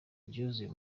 ryuzuye